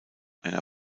einer